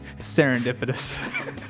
Serendipitous